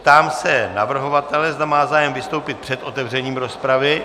Ptám se navrhovatele, zda má zájem vystoupit před otevřením rozpravy.